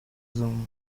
zoom